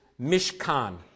mishkan